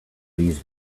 these